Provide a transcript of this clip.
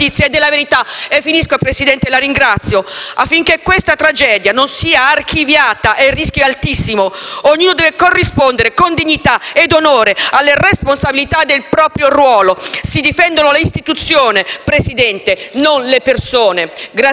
giustizia e della verità. Affinché questa tragedia non sia archiviata - e il rischio è altissimo - ognuno deve corrispondere con dignità ed onore alle responsabilità del proprio ruolo. Si difendano le istituzioni, Presidente, non le persone. *(Applausi